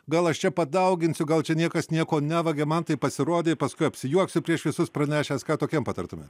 gal aš čia padauginsiu gal čia niekas nieko nevagia man taip pasirodė paskui apsijuoksiu prieš visus pranešęs ką tokiem patartumėt